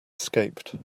escaped